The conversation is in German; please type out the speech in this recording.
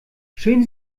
schön